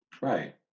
Right